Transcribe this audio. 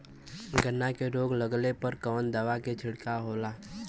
गन्ना में रोग लगले पर कवन दवा के छिड़काव होला?